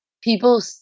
people